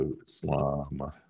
Islam